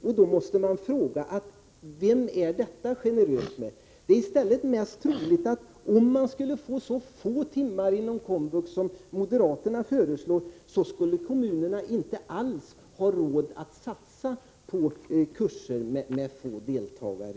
Jag måste då ställa frågan: Mot vem är detta generöst? Skulle vi få så få timmar inom komvux som moderaterna föreslår, är det troligast att kommunerna inte alls har råd att satsa på kurser med få deltagare.